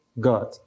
God